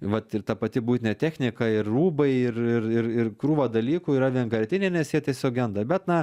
vat ir ta pati buitinė technika ir rūbai ir ir ir ir krūva dalykų yra vienkartiniai nes jie tiesiog genda bet na